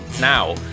now